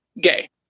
gay